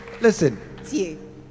Listen